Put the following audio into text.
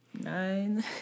Nine